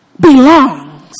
Belongs